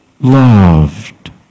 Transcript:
loved